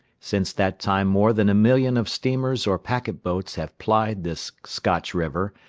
since that time more than a million of steamers or packet-boats have plied this scotch river,